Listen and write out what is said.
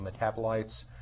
metabolites